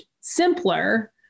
simpler